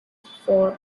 for